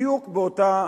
בדיוק באותה